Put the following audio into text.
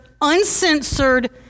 uncensored